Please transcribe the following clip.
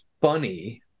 funny